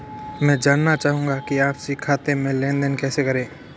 मैं जानना चाहूँगा कि आपसी खाते में लेनदेन कैसे करें?